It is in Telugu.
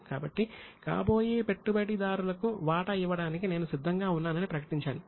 కాబట్టి కాబోయే పెట్టుబడిదారులకు వాటా ఇవ్వడానికి నేను సిద్ధంగా ఉన్నానని ప్రకటించాను